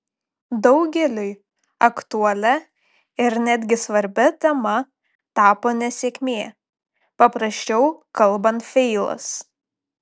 daugeliui aktualia ir netgi svarbia tema tapo nesėkmė paprasčiau kalbant feilas